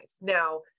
Now